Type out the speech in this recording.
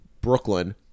Brooklyn